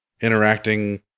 interacting